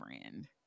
friend